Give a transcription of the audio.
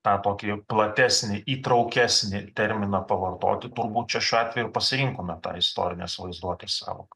tą tokį platesnį įtraukesnį terminą pavartoti turbūt čia šiuo atveju ir pasirinkome tą istorinės vaizduotės sąvoką